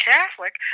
Catholic